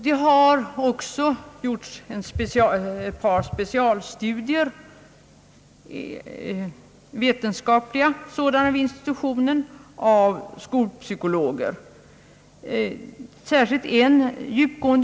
Det har också gjorts ett par vetenskapliga specialstudier av skolpsykologer vid institutionen.